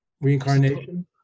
reincarnation